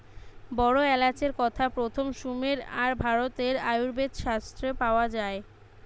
বড় এলাচের কথা প্রথম সুমের আর ভারতের আয়ুর্বেদ শাস্ত্রে পাওয়া যায়